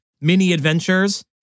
mini-adventures